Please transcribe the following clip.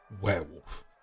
Werewolf